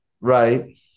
Right